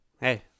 Hey